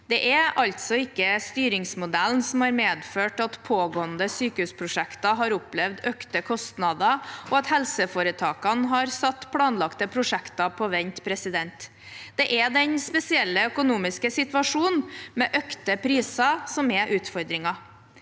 Det er altså ikke styringsmodellen som har medført at pågående sykehusprosjekter har opplevd økte kostnader, og at helseforetakene har satt planlagte prosjekter på vent. Det er den spesielle økonomiske situasjonen med økte priser som er utfordringen.